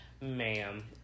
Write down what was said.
ma'am